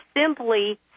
simply